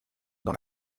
dans